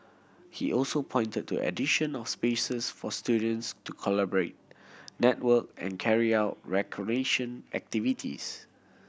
he also pointed to addition of spaces for students to collaborate network and carry out recreation activities